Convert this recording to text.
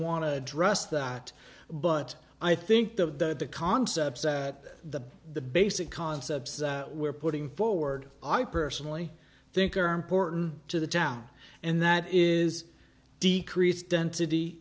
to address that but i think the the concepts that the the basic concepts we're putting forward i personally think are important to the town and that is decrease density